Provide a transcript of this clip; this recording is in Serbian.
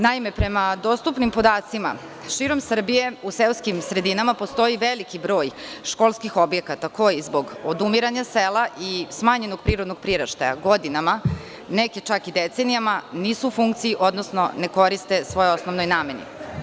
Naime, prema dostupnim podacima širom Srbije, u seoskim sredinama postoji velikibroj školskih objekata koji zbog odumiranja sela i smanjenog privrednog priraštaja godinama, neki čak i decenijama, nisu u funkciji, odnosno ne koriste svojoj osnovnoj nameni.